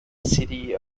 city